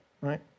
right